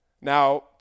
Now